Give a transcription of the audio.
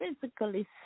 physically